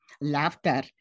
laughter